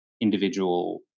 individual